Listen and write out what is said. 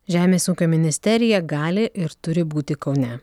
žemės ūkio ministerija gali ir turi būti kaune